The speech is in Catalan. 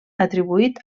atribuït